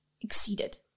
exceeded